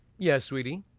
yeah, sweetie?